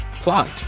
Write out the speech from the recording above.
Plot